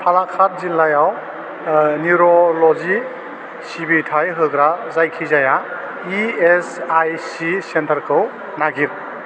पालाकाड जिल्लायाव निउरल'जि सिबिथाइ होग्रा जायखिजाया इएसआइसि सेन्टारखौ नागिर